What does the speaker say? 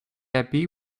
happy